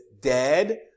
dead